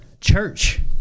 Church